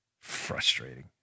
Frustrating